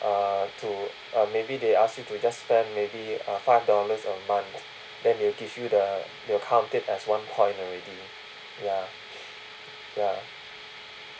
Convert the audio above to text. uh to uh maybe they ask you to just spend maybe five dollars a month then they will give you the they'll count it as one point already ya ya